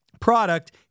product